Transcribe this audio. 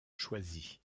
choisi